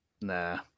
Nah